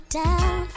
down